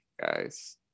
guys